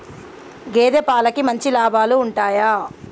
గేదే పాలకి మంచి లాభాలు ఉంటయా?